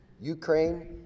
Ukraine